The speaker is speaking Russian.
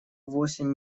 восемь